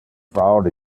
fraud